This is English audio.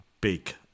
big